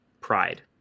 pride